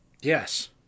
Yes